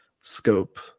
scope